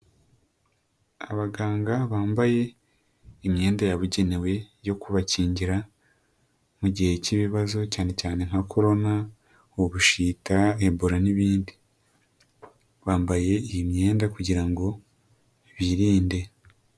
Abaganga bambaye imyenda yabugenewe yo kubakingira mu gihe k'ibibazo cyane cyane nka Corona, ubushita, Ebola n'ibindi, bambaye iyi myenda kugira ngo birinde.